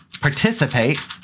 participate